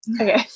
Okay